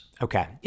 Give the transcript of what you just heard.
Okay